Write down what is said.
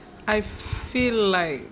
I feel like